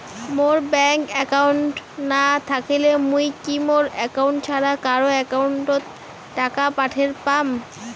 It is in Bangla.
মোর ব্যাংক একাউন্ট না থাকিলে মুই কি মোর একাউন্ট ছাড়া কারো একাউন্ট অত টাকা পাঠের পাম?